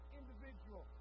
individual